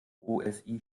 osi